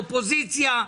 אופוזיציה,